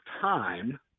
time